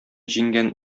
җиңгән